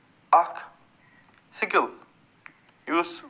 اکھ سِکِل یُس